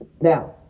Now